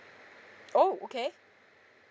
oh okay